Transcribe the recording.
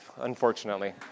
unfortunately